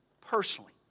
personally